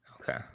Okay